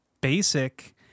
basic